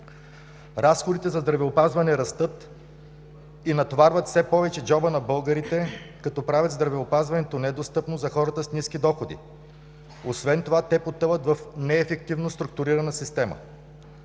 Разходите за здравеопазване растат и натоварват все повече джоба на българите, като правят здравеопазването недостъпно за хората с ниски доходи. Освен това те потъват в неефективно структурирана система.